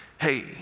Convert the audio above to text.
hey